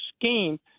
scheme